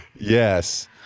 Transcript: yes